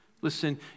Listen